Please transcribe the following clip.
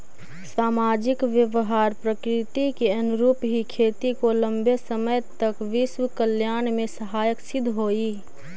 सामाजिक व्यवहार प्रकृति के अनुरूप ही खेती को लंबे समय तक विश्व कल्याण में सहायक सिद्ध होई